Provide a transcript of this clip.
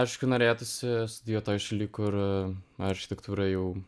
aišku norėtųsi studijuot toj šaly kur architektūra jau